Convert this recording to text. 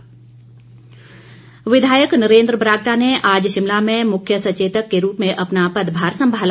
पद भार विधायक नरेन्द्र बरागटा ने आज शिमला में मुख्य सचेतक के रूप में अपना पद भार संमाला